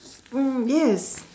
mm yes